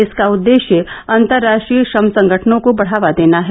इसका उद्देष्य अन्तर्राश्ट्रीय श्रम संगठनों को बढ़ावा देना है